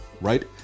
right